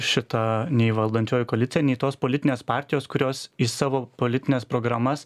šita nei valdančioji koalicija nei tos politinės partijos kurios į savo politines programas